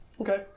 Okay